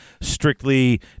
strictly